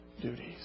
duties